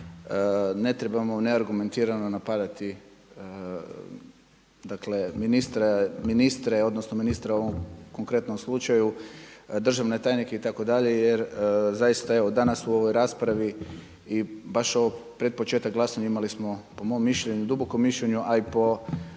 ne trebamo neargumentirano napadati ministre odnosno ministra u ovom konkretnom slučaju državni tajnik itd. jer zaista evo danas u ovoj raspravi i baš pred početak glasanja imali smo po mom dubokom mišljenju, a i po